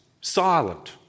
silent